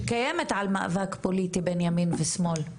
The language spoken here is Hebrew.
שקיימת על מאבק פוליטי בין ימין ושמאל,